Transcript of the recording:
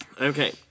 Okay